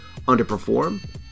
underperform